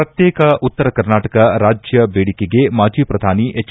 ಪ್ರತ್ಯೇಕ ಉತ್ತರ ಕರ್ನಾಟಕ ರಾಜ್ಯ ದೇಡಿಕೆಗೆ ಮಾಜಿ ಪ್ರಧಾನಿ ಎಚೆ